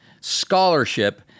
scholarship